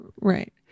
Right